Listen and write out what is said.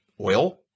oil